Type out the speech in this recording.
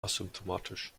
asymptomatisch